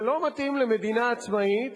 זה לא מתאים למדינה עצמאית,